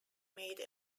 made